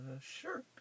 sure